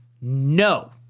no